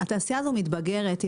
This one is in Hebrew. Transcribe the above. התעשייה הזו מתגברת.